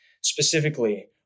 specifically